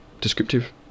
descriptive